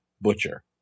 Butcher